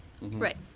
right